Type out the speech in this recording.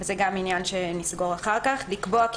זה גם עניין שנסגור אחר כך "לקבוע כי